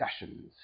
discussions